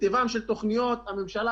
מטבען של תוכניות הממשלה,